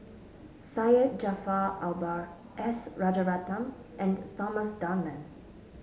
Syed Jaafar Albar S Rajaratnam and Thomas Dunman